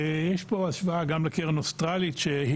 יש פה השוואה גם לקרן אוסטרלית שהיא